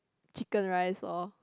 chicken rice lor